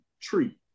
tree